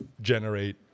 generate